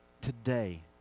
today